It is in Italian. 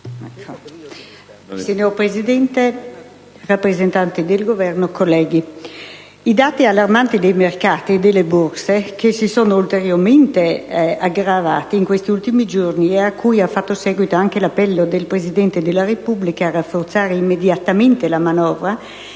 Signor Presidente, signor rappresentante del Governo, colleghi, i dati allarmanti dei mercati e delle borse, che si sono ulteriormente aggravati in questi ultimi giorni e a cui ha fatto seguito anche l'appello del Presidente della Repubblica a rafforzare immediatamente la manovra